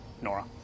Nora